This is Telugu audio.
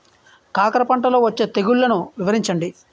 కాకర పంటలో వచ్చే తెగుళ్లను వివరించండి?